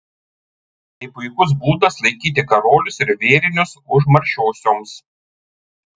tai puikus būdas laikyti karolius ir vėrinius užmaršiosioms